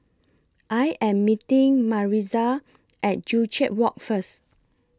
I Am meeting Maritza At Joo Chiat Walk First